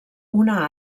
una